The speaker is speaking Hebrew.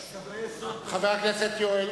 חבר הכנסת יואל